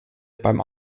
beim